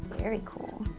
very cool.